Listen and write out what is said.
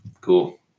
cool